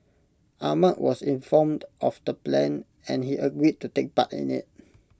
Ahmad was informed of the plan and he agreed to take part in IT